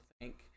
thank